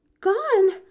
Gone